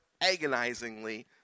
agonizingly